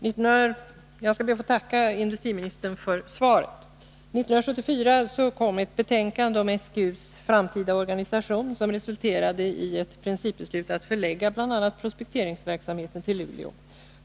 Fru talman! Jag skall be att få tacka industriministern för svaret. 1974 kom ett betänkande om SGU:s framtida organisation, som resulterade i ett principbeslut att förlägga bl.a. prospekteringsverksamheten till Luleå.